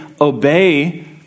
obey